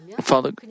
Father